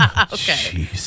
Okay